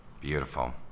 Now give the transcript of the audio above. Beautiful